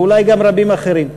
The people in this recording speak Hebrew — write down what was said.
ואולי גם רבים אחרים.